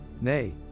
nay